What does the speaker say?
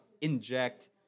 inject